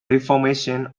reformation